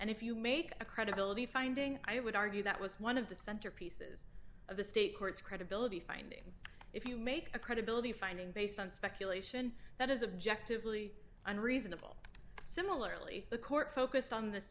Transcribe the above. and if you make a credibility finding i would argue that was one of the centerpieces of the state courts credibility findings if you make a credibility finding based on speculation that is objective really and reasonable similarly the court focused on the